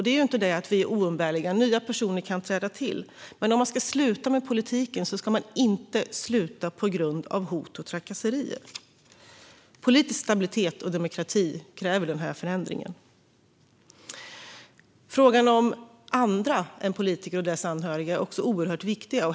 Det handlar inte om att vi är oumbärliga - nya personer kan träda till - men om man ska sluta med politiken ska man inte sluta på grund av hot och trakasserier. Politisk stabilitet och demokrati kräver denna förändring. Frågan om andra än politiker och deras anhöriga är också oerhört viktig.